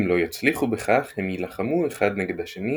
אם לא יצליחו בכך הם יילחמו אחד נגד השני